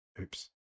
oops